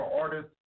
artists